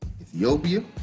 Ethiopia